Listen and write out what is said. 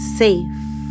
safe